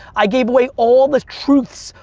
i gave away all the truths,